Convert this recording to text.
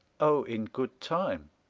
oh, in good time.